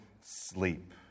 sleep